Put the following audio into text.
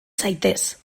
zaitez